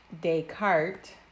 Descartes